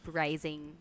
rising